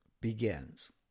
begins